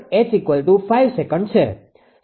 હવે જડતા અચળ H5 સેકન્ડ છે